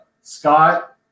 Scott